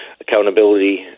accountability